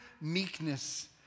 meekness